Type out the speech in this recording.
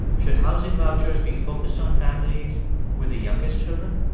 should housing vouchers be focused on families with the youngest children?